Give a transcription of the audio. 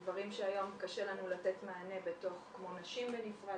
דברים שהיום קשה לנו לתת מענה כמו נשים בנפרד,